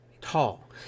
tall